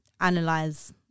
analyze